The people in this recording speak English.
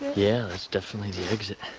yeah that's definitely the exit